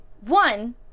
One